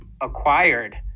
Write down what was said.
acquired